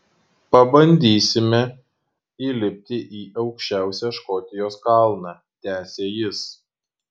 pabandysime įlipti į aukščiausią škotijos kalną tęsė jis